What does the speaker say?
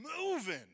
moving